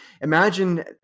imagine